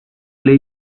ley